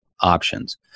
options